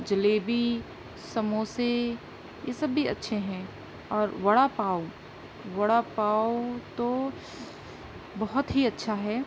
جلیبی سموسے یہ سب بھی اچھے ہیں اور وڑا پاؤ وڑا پاؤ تو بہت ہی اچھا ہے